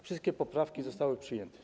Wszystkie poprawki zostały przyjęte.